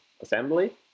assembly